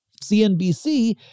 CNBC